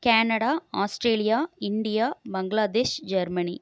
Canada Australia India Bangladesh Germany